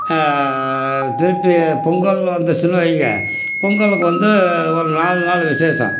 திருப்பி பொங்கல்னு வந்துச்சுன்னு வைங்க பொங்கலுக்கு வந்து ஒரு நாலு நாள் விசேஷம்